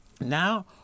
Now